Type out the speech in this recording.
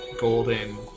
golden